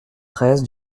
treize